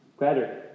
Better